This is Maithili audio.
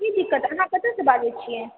की दिक्कत अहाँ कतय सॅं बाजै छियै